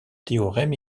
théorème